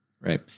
right